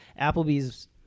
Applebee's